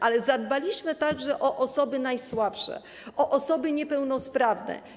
Ale zadbaliśmy także o osoby najsłabsze, o osoby niepełnosprawne.